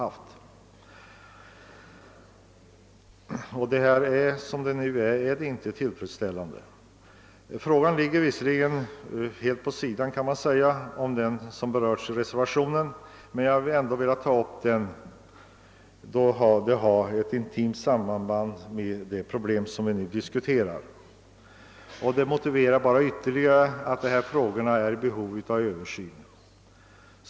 Som det nu är kan förhållandena inte anses tillfredsställande. Denna fråga ligger visserligen på sidan om den som berörs i reservationer na, men jag har ändå velat ta upp den eftersom den så intimt hänger samman med de problem vi nu diskuterar. Vad jag här anfört motiverar ytterligare att dessa frågor är i behov av översyn.